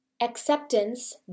Acceptance